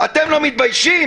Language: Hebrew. אתם לא מתביישים?